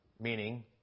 Meaning